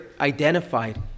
identified